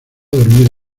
dormir